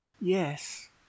yes